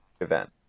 event